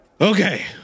Okay